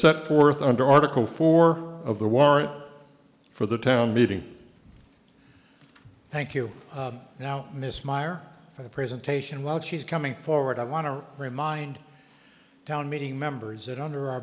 set forth under article four of the warrant for the town meeting thank you now ms meyer for the presentation while she's coming forward i want to remind town meeting members that under our